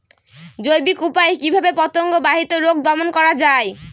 জৈবিক উপায়ে কিভাবে পতঙ্গ বাহিত রোগ দমন করা যায়?